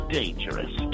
dangerous